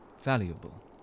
valuable